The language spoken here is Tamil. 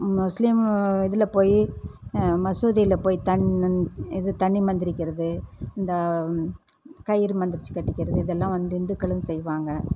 முஸ்லீம் இதில் போய் மசூதியில போய் தண் நன் இது தண்ணி மந்திரிக்கிறது இந்த கயிறு மந்திரிச்சு கட்டிக்கிறது இதெல்லாம் வந்து இந்துக்களும் செய்வாங்க